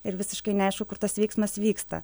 ir visiškai neaišku kur tas veiksmas vyksta